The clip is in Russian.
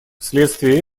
вследствие